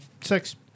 six